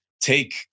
take